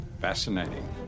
Fascinating